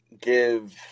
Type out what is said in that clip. give